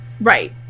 Right